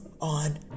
on